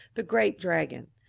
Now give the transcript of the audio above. the great dragon,